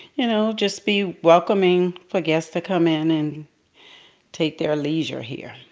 you know, just be welcoming for guests to come in and take their leisure here.